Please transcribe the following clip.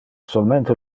solmente